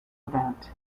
event